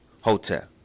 Hotel